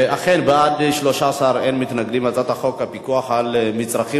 ההצעה להעביר את הצעת חוק הפיקוח על מצרכים